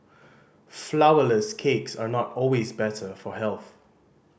flourless cakes are not always better for health